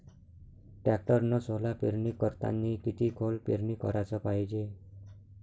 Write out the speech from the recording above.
टॅक्टरनं सोला पेरनी करतांनी किती खोल पेरनी कराच पायजे?